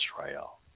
Israel